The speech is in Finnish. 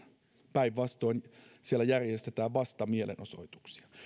päinvastoin siellä järjestetään vastamielenosoituksia